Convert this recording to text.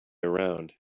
around